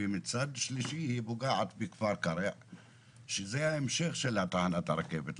ומצד שלישי היא פוגעת בכפר קרע שזה ההמשך של תחנת הרכבת.